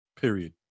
period